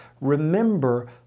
Remember